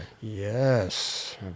Yes